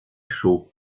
chaux